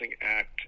act